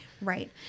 Right